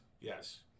yes